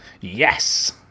Yes